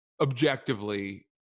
objectively